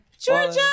Georgia